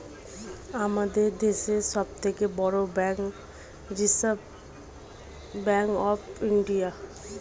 আমাদের দেশের সব থেকে বড় bank reserve bank of India